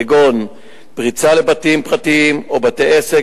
כגון פריצה לבתים פרטיים או לבתי-עסק,